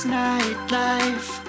nightlife